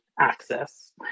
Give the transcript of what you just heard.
access